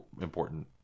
important